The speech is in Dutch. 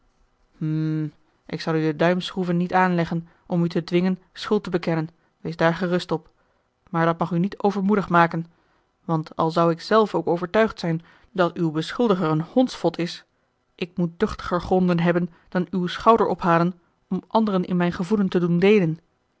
ik zal u de duimschroeven niet aanleggen om u te dwingen schuld te bekennen wees daar gerust op maar dat mag u niet overmoedig maken want al zou ik zelf ook overtuigd zijn dat uw beschuldiger een hondsvot is ik moet duchtiger gronden hebben dan uw schouderophalen om anderen in mijn gevoelen te doen deelen